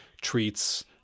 treats